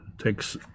Takes